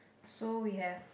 so we have